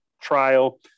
trial